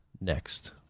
next